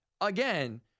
again